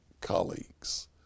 colleagues